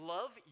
Love